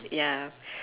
ya